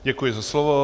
Děkuji za slovo.